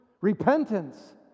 Repentance